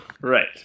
Right